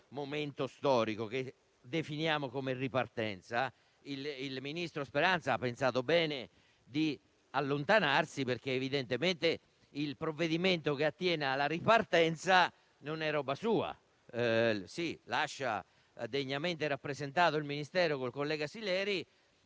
Il ministro Speranza ha pensato bene di allontanarsi, perché evidentemente il provvedimento che attiene alla ripartenza non è roba sua; lascia il Ministero degnamente rappresentato dal collega Sileri